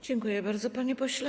Dziękuję bardzo, panie pośle.